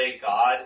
God